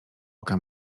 oka